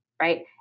right